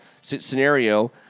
scenario